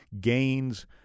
gains